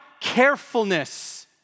carefulness